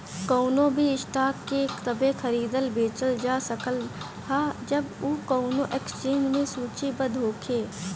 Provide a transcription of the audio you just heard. कवनो भी स्टॉक के तबे खरीदल बेचल जा सकत ह जब उ कवनो एक्सचेंज में सूचीबद्ध होखे